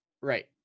Right